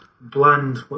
Bland